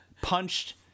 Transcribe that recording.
punched